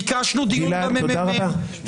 ביקשנו דיון בממ"מ,